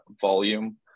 volume